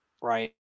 Right